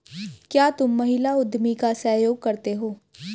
क्या तुम महिला उद्यमी का सहयोग करते हो?